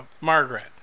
Margaret